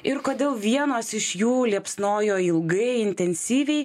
ir kodėl vienos iš jų liepsnojo ilgai intensyviai